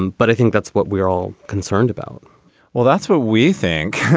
and but i think that's what we are all concerned about well that's what we think